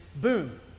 boom